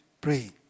Pray